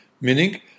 Meaning